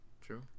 true